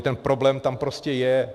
Ten problém tam prostě je.